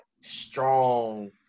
strong